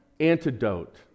antidote